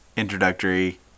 introductory